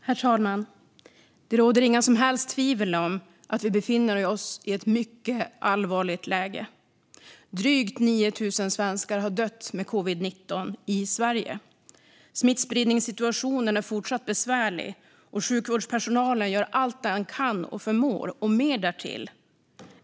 Herr talman! Det råder inga som helst tvivel om att vi befinner oss i ett mycket allvarligt läge. Drygt 9 000 svenskar har dött i covid-19. Smittspridningssituationen är fortsatt besvärlig, och sjukvårdspersonalen gör allt den förmår och mer därtill.